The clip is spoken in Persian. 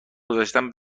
گذشتم